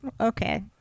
Okay